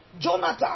Jonathan